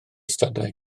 stadau